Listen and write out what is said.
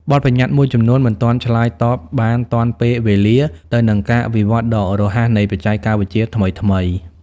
បទប្បញ្ញត្តិមួយចំនួនមិនទាន់ឆ្លើយតបបានទាន់ពេលវេលាទៅនឹងការវិវត្តដ៏រហ័សនៃបច្ចេកវិទ្យាថ្មីៗ។